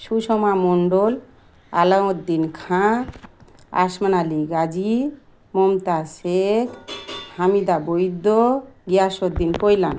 Sushma Mondal Alauddin Khan Asman Ali Gazi Mamata Sheikh Hamida Baidya Giasuddin Kailam